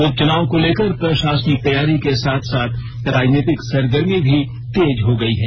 उपचुनाव को लेकर प्रशासनिक तैयारी के साथ साथ राजनीतिक सरगर्मी भी तेज हो गई है